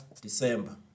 December